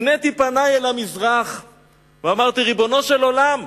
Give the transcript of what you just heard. הפניתי פני אל המזרח ואמרתי: ריבונו של עולם,